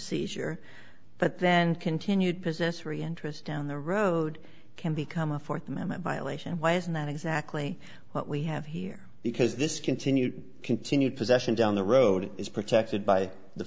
seizure but then continued possessory interest down the road can become a fourth amendment violation why isn't that exactly what we have here because this continued continued possession down the road is protected by the